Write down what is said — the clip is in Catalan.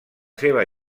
seva